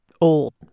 old